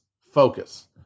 focus